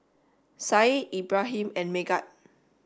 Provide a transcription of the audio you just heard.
said Ibrahim and Megat